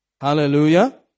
Hallelujah